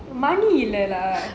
money இல்ல:illa lah